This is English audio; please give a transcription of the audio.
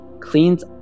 cleans